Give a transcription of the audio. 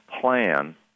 plan